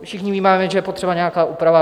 ... všichni vnímáme, že je potřeba nějaká úprava.